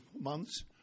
months